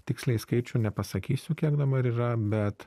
tiksliai skaičių nepasakysiu kiek dabar yra bet